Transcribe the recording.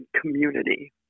community